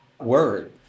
word